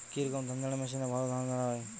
কি রকম ধানঝাড়া মেশিনে ভালো ধান ঝাড়া হয়?